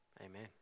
Amen